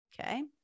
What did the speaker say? okay